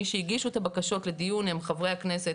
מי שהגישו את הבקשות לדיון הם חברי הכנסת